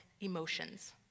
emotions